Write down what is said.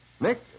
Nick